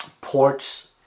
ports